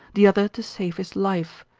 the other to save his life.